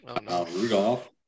Rudolph